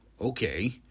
okay